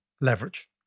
leverage